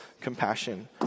compassion